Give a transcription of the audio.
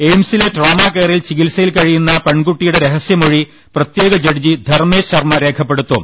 എയിംസിലെ ട്രോമകെയറിൽ ചികിത്സയിൽ കഴിയുന്ന പെൺകുട്ടിയുടെ രഹസ്യമൊഴി പ്രത്യേക ജഡ്ജി ധർമേശ് ശർമ രേഖപ്പെടുത്തും